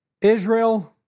Israel